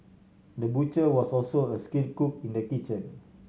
the butcher was also a skilled cook in the kitchen